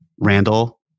Randall